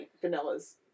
Vanilla's